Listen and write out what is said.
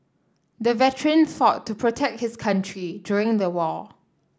the veteran fought to protect his country during the war